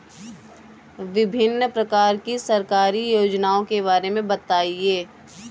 विभिन्न प्रकार की सरकारी योजनाओं के बारे में बताइए?